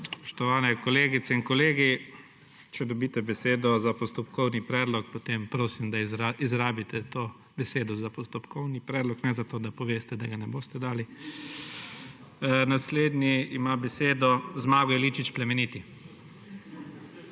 Spoštovani kolegice in kolegi! Če dobite besedo za postopkovni predlog, potem prosim, da izrabite to besedo za postopkovni predlog, ne da poveste, da ga ne boste dali. Naslednji ima besedo Zmago Jelinčič Plemeniti.